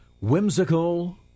whimsical